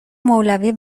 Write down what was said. مولوی